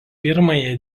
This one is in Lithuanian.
pirmąją